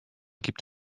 gibt